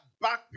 back